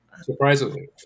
surprisingly